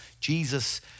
Jesus